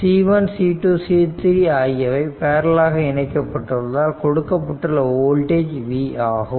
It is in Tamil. C1 C2 C3 ஆகியவை பேரலல் ஆக இணைக்கப்பட்டுள்ளதால் கொடுக்கப்பட்டுள்ள வோல்டேஜ் v ஆகும்